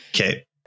Okay